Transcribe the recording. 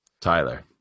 Tyler